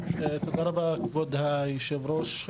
תודה רבה כבוד היושב-ראש.